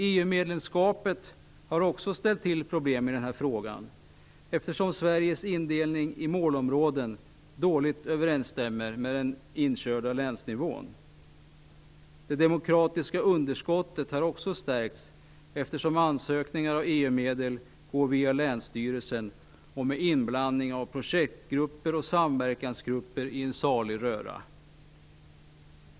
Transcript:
EU-medlemskapet har också ställt till problem i den här frågan. Sveriges indelning i målområden stämmer dåligt överens med den inkörda länsindelningen. Det demokratiska underskottet har också stärkts. Ansökningar om EU-medel går via länsstyrelsen och med inblandning av projektgrupper och samverkansgrupper i en salig röra.